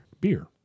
beer